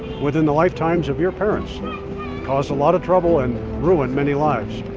within the lifetimes of your parents caused a lot of trouble and ruined many lives.